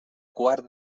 quart